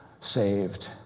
saved